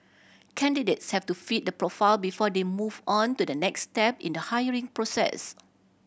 candidates have to fit the profile before they move on to the next step in the hiring process